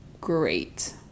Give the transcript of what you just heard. great